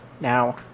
now